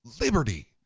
liberty